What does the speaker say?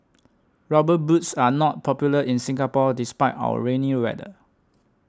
rubber boots are not popular in Singapore despite our rainy weather